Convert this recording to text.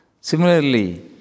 Similarly